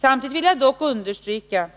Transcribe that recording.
Samtidigt vill jag dock också understryka